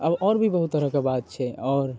अब आओर भी बहुत तरहके बात छै